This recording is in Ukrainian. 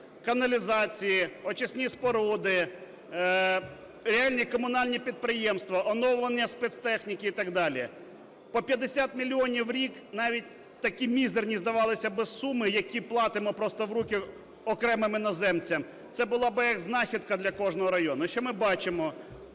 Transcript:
каналізації, очисні споруди, реальні комунальні підприємства, оновлення спецтехніки і так далі. По 50 мільйонів у рік – навіть такі мізерні, здавалося б, суми, які платимо просто в руки окремим іноземцям, – це була би як знахідна для кожного району. І що ми бачимо?